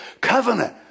covenant